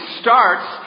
starts